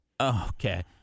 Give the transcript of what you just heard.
Okay